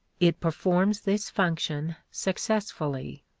it performs this function successfully.